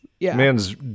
Man's